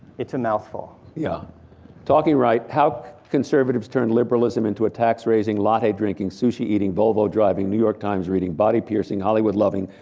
it's a mouthful. yeah talking right how conservatives turned liberalism into a tax-raising, latte-drinking, sushi-eating, volvo-driving, new york times-reading, body-piercing, hollywood-loving,